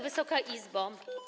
Wysoka Izbo!